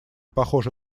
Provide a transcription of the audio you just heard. похоже